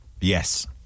Yes